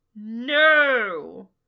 No